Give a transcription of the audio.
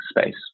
space